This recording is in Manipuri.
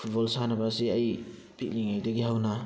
ꯐꯨꯠꯕꯣꯜ ꯁꯥꯟꯅꯕꯁꯤ ꯑꯩ ꯄꯤꯛꯂꯤꯉꯩꯗꯒꯤ ꯍꯧꯅ